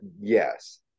Yes